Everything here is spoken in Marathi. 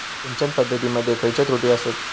सिंचन पद्धती मध्ये खयचे त्रुटी आसत?